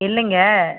இல்லைங்க